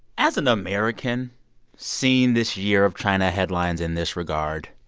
as an american seeing this year of china headlines in this regard,